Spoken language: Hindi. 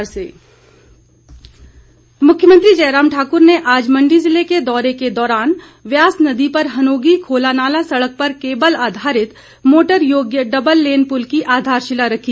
मुख्यमंत्री मुख्यमंत्री जयराम ठाकुर ने आज मण्डी जिले के दौरे के दौरान ब्यास नदी पर हनोगी खोलानाला सड़क पर केबल आधारित मोटर योग्य डब्बल लेन पुल की आधारशिला रखी